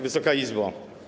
Wysoka Izbo!